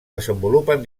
desenvolupen